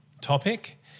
topic